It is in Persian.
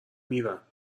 میرم